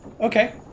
Okay